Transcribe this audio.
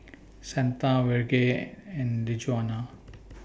Santa Virge and Djuana